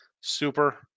Super